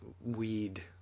weed